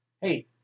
Hey